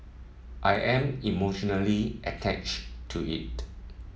I am emotionally attached to it